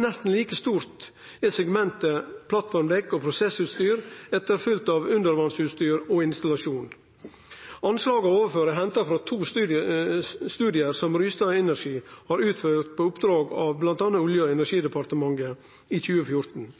Nesten like stort er segmentet plattformdekk og prosessutstyr, etterfølgt av undervassutstyr og -installasjon. Anslaget ovanfor er henta frå to studiar som Rystad Energy har utført på oppdrag frå bl.a. Olje- og energidepartementet i 2014.